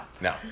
No